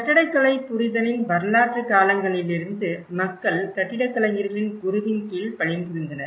கட்டடக்கலை புரிதலின் வரலாற்று காலங்களிலிருந்து மக்கள் கட்டிடக் கலைஞர்களின் குருவின் கீழ் பணிபுரிந்தனர்